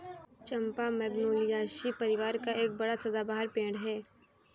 चंपा Magnoliaceae परिवार का एक बड़ा सदाबहार पेड़ है